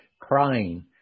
crying